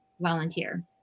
volunteer